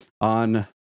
on